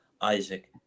Isaac